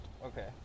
Okay